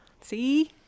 See